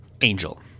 Angel